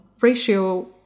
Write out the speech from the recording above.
ratio